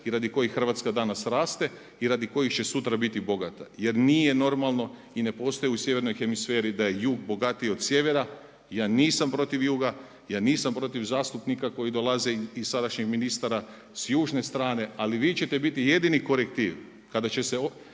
i radi kojih Hrvatska danas raste i radi kojih će sutra biti bogata. Jer nije normalno i ne postoji u sjevernoj hemisferi da je jug bogatiji od sjevera. Ja nisam protiv juga, ja nisam protiv zastupnika koji dolaze i sadašnjeg ministra s južne strane ali vi ćete biti jedini korektiv kada će se